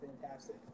fantastic